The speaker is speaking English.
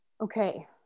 Okay